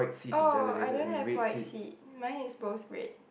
oh I don't have white seat mine is both red